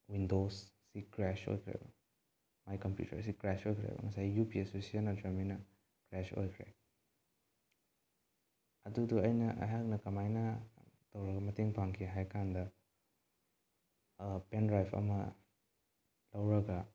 ꯋꯤꯟꯗꯣꯁꯁꯤ crash ꯑꯣꯏꯈ꯭ꯔꯦꯕ ꯃꯥꯏ ꯀꯝꯄ꯭ꯌꯨꯇꯔꯗꯨ ꯀ꯭ꯔꯦꯁ ꯑꯣꯏꯈ꯭ꯔꯦꯕ ꯉꯁꯥꯏ ꯌꯨ ꯄꯤ ꯑꯦꯁꯇꯨ ꯁꯤꯖꯟꯅꯗ꯭ꯔꯕꯅꯤꯅ ꯀ꯭ꯔꯦꯁ ꯑꯣꯏꯈ꯭ꯔꯦ ꯑꯗꯨꯗꯣ ꯑꯩꯅ ꯑꯩꯍꯥꯛꯅ ꯀꯃꯥꯏꯅ ꯇꯧꯔꯒ ꯃꯇꯦꯡ ꯄꯥꯡꯈꯤ ꯍꯥꯏ ꯀꯥꯟꯗ ꯄꯦꯟꯗ꯭ꯔꯥꯏꯞ ꯑꯃ ꯂꯧꯔꯒ